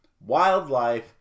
wildlife